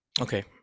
Okay